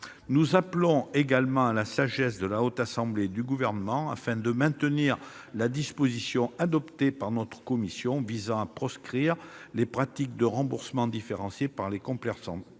Nous en appelons également à la sagesse de la Haute Assemblée et du Gouvernement pour maintenir la disposition adoptée par notre commission visant à proscrire les pratiques de remboursements différenciés par les complémentaires